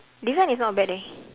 design is not bad leh